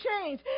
change